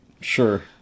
sure